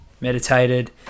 meditated